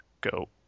go